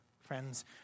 friends